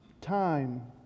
time